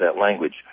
language